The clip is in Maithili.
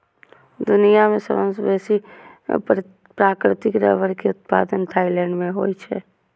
दुनिया मे सबसं बेसी प्राकृतिक रबड़ के उत्पादन थाईलैंड मे होइ छै